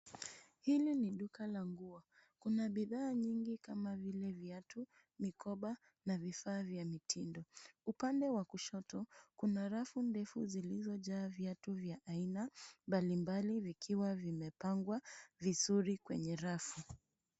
Hili ni duka la nguo. Kuna bidhaa nyingi kama vile viatu, mikoba na vifaa vya mitindo. Upande wa kushoto kuna rafu ndefu zilizojaa viatu vya aina mbalimbali vikiwa vimepangwa vizuri kwenye rafu.